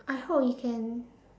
I hope he can